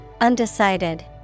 Undecided